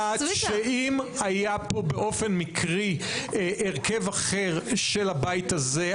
מי כמוך יודעת שאם היה פה באופן מקרי הרכב אחר של הבית הזה,